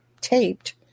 taped